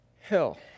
hell